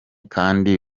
kandi